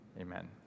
Amen